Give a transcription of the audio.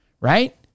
right